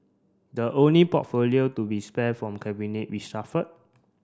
the only portfolio to be spare from cabinet reshuffled